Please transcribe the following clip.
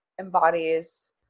embodies